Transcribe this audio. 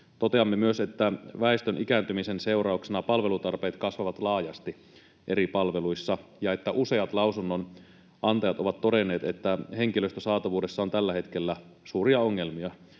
Toteamme myös, että väestön ikääntymisen seurauksena palvelutarpeet kasvavat laajasti eri palveluissa ja että useat lausunnonantajat ovat todenneet, että henkilöstösaatavuudessa on tällä hetkellä suuria ongelmia.